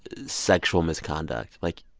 sexual misconduct? like,